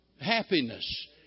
happiness